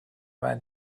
vingt